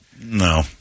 No